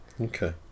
Okay